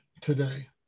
today